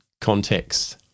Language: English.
context